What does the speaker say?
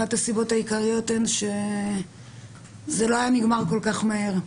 אחת הסיבות העיקריות הן שזה לא היה נגמר כל כך מהר.